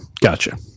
Gotcha